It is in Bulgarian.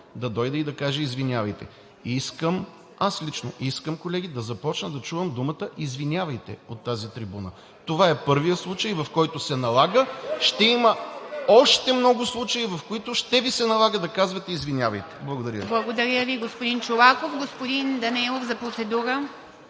да дойде и да каже: извинявайте. Колеги, аз лично искам да започна да чувам думата „извинявайте“ от тази трибуна. Това е първият случай, в който се налага – ще има още много случаи, в които ще Ви се налага да казвате „извинявайте“. ПРЕДСЕДАТЕЛ ИВА МИТЕВА: Благодаря Ви, господин Чолаков. Господин Данаилов – за процедура.